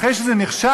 אחרי שזה נכשל,